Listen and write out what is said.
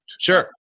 Sure